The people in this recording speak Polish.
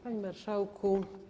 Panie Marszałku!